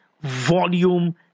volume